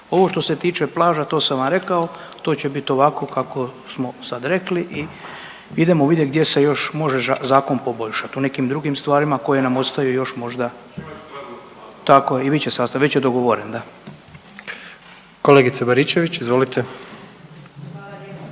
Ovo što se tiče plaža to sam vam rekao, to će bit ovako kako smo sad rekli i idemo vidjet gdje se još može zakon poboljšat u nekim drugim stvarima koje nam ostaju još možda…/Upadica iz klupe se ne razumije/…tako je i bit će sastav, već